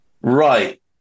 Right